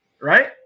right